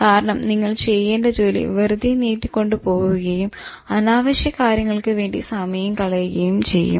കാരണം നിങ്ങൾ ചെയ്യേണ്ട ജോലി വെറുതെ നീട്ടി കൊണ്ട് പോകുകയും അനാവശ്യ കാര്യങ്ങൾക്ക് വേണ്ടി സമയം കളയുകയും ചെയ്യും